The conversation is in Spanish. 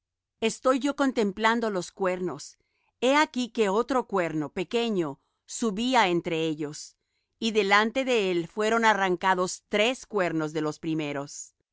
estando yo contemplando los cuernos he aquí que otro cuerno pequeño subía entre ellos y delante de él fueron arrancados tres cuernos de los primeros